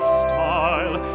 style